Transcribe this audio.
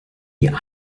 ihr